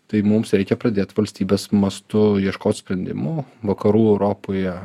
tai mums reikia pradėt valstybės mastu ieškot sprendimų vakarų europoje